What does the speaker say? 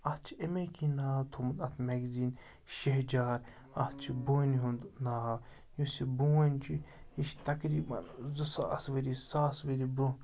اَتھ چھِ اَمے کینٛہہ ناو تھومُت اَتھ میگزیٖن شہجار اَتھ چھُ بونہِ ہُنٛد ناو یُس یہِ بونہِ چھُ یہِ چھِ تقریٖباً زٕ ساس ؤری ساس ؤری برونٛہہ